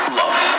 love